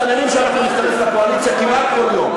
אתם מתחננים שאנחנו נצטרף לקואליציה כמעט כל יום.